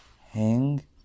Hang